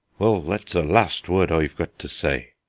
well, that's the last word i've got to say.